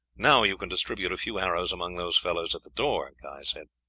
now you can distribute a few arrows among those fellows at the door, guy said.